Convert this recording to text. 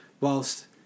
whilst